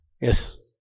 Yes